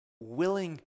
willing